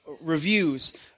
reviews